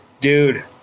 dude